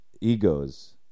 egos